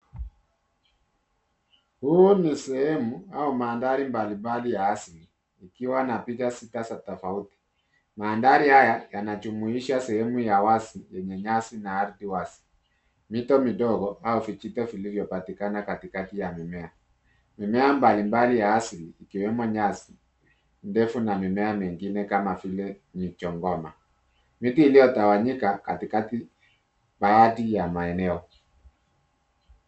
Huu ni sehemu au mandhari mbalimbali ya asili ikiwa na picha sita za tofauti. Mandhari haya yanajumuisha sehemu ya wazi yenye nyasi na ardhi wazi. Mito midogo au vijito vilivyopatikana katikati ya mimea. Mimea mbalimbali ya asili ikiwemo nyasi ndefu na mimea mingine kama vile michongoma. Miti iliyotawanyika katikati baadhi ya maeneo.